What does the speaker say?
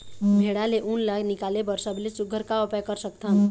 भेड़ा ले उन ला निकाले बर सबले सुघ्घर का उपाय कर सकथन?